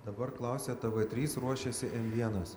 dabar klausia tv trys ruošiasi m vienas